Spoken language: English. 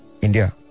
India